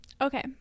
Okay